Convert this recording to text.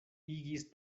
igis